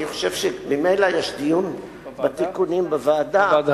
אני חושב שממילא יש דיון בתיקונים בוועדה,